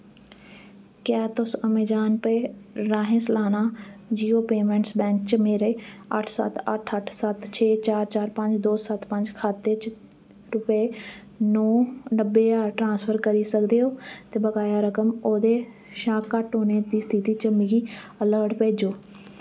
क्या तुस अमेजान पे राहें सलाना जियो पेमैंट्स बैंक च मेरे अट्ठ सत्त अट्ठ अट्ठ सत्त छे चार चार पंज दो सत्त पंज खाते च रुपे नौ नब्बे ज्हार ट्रांसफर करी सकदे ओ ते बकाया रकम ओह्दे शा घट्ट होने दी स्थिति च मिगी अलर्ट भेजो